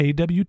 AWT